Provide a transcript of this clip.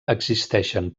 existeixen